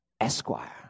Esquire